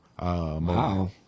Wow